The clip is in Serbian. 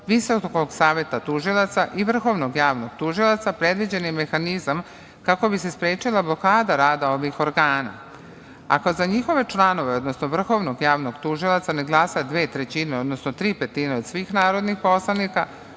Visokog saveta tužilaca i vrhovnog javnog tužioca previđen je mehanizam kako bi se sprečila blokada rada ovih organa. Ako za njihove članove, odnosno vrhovnog javnog tužioca ne glasa dve trećine, odnosno tri petine od svih narodnih poslanika